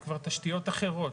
זה כבר תשתיות אחרות,